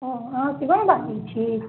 ओ अहाँ शिवम बाजै छी